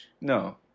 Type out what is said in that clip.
No